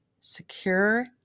secure